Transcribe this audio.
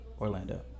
Orlando